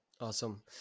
Awesome